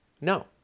No